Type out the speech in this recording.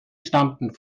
stammten